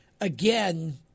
again